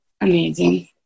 amazing